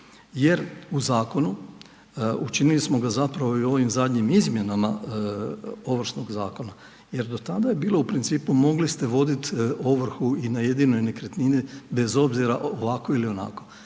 jer u zakonu učinili smo ga zapravo i ovim zadnjim izmjenama Ovršnog zakona. Jer do tada je bilo u principu mogli ste voditi ovrhu i na jedinoj nekretnini bez obzira ovako ili onako.